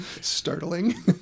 startling